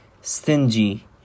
stingy